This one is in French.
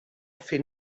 fait